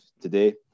today